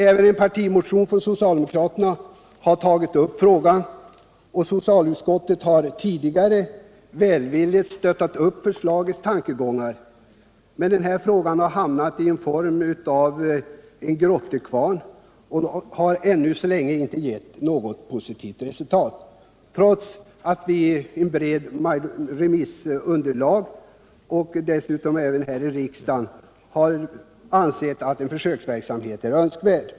Även en partimotion från socialdemokraterna har tagit upp frågan. Socialutskottet har tidigare välvilligt stöttat upp förslagets tankegångar, men frågan har hamnat i grottekvarnen och arbetet har ännu inte lett till något positivt resultat, trots ett brett positivt remissunderlag och trots att vi dessutom här i riksdagen har ansett att en försöksverksamhet är önskvärd.